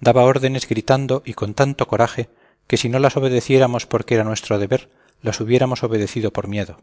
daba las órdenes gritando y con tanto coraje que si no las obedeciéramos porque era nuestro deber las hubiéramos obedecido por miedo